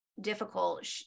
difficult